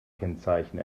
kennzeichen